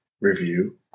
Review